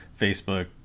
Facebook